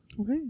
Okay